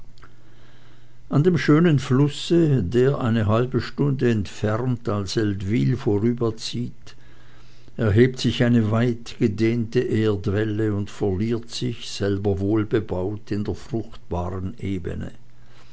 an dem schönen flusse der eine halbe stunde entfernt an seldwyl vorüberzieht erhebt sich eine weitgedehnte erdwelle und verliert sich selber wohlbebaut in der fruchtbaren ebene